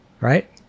Right